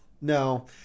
No